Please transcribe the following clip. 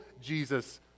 Jesus